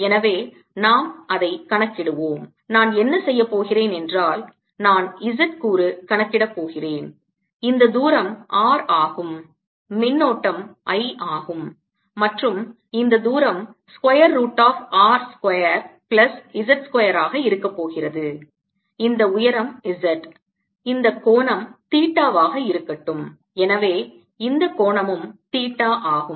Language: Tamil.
எனவே நாம் அதை கணக்கிடுவோம் நான் என்ன செய்யப் போகிறேன் என்றால் நான் z கூறு கணக்கிடப் போகிறேன் இந்த தூரம் r ஆகும் மின்னோட்டம் I ஆகும் மற்றும் இந்த தூரம் square root of R square plus z square ஆக இருக்க போகிறது இந்த உயரம் z இந்த கோணம் தீட்டாவாக இருக்கட்டும் எனவே இந்த கோணமும் தீட்டா ஆகும்